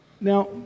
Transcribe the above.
Now